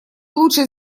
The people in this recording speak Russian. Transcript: лучше